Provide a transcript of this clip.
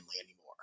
anymore